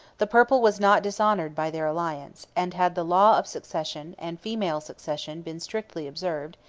the purple was not dishonored by their alliance, and had the law of succession, and female succession, been strictly observed,